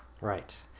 Right